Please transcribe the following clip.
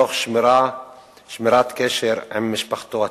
תוך שמירת קשר עם משפחתו הטבעית.